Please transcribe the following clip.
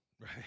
Right